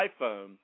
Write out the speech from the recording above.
iPhone